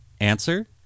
answer